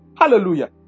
Hallelujah